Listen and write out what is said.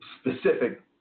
specific